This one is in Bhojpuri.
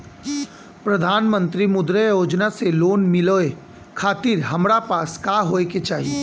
प्रधानमंत्री मुद्रा योजना से लोन मिलोए खातिर हमरा पास का होए के चाही?